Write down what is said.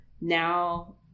now